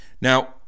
now